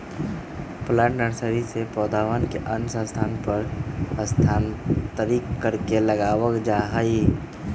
plant nursery से पौधवन के अन्य स्थान पर स्थानांतरित करके लगावल जाहई